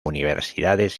universidades